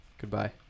Goodbye